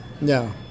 No